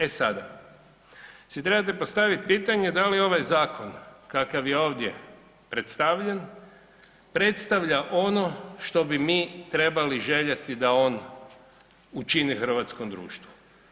E sada si trebate postaviti pitanje da li ovaj zakon kakav je ovdje predstavljen predstavlja ono što bi mi trebali željeti da on učini hrvatskom društvu.